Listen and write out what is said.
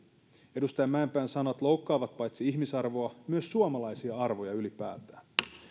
edustaja mäenpään sanat loukkaavat paitsi ihmisarvoa myös suomalaisia arvoja ylipäätään